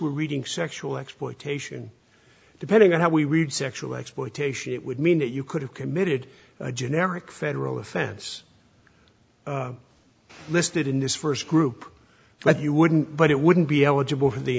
we're reading sexual exploitation depending on how we read sexual exploitation it would mean that you could have committed a generic federal offense listed in this first group but you wouldn't but it wouldn't be eligible for the